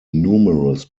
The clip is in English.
numerous